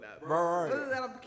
right